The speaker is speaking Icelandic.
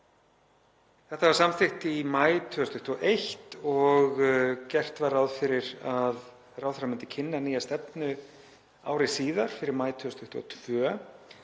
Þetta var samþykkt í maí 2021 og gert var ráð fyrir að ráðherra myndi kynna nýja stefnu ári síðar, fyrir maí 2022.